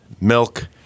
milk